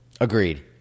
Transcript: Agreed